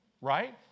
Right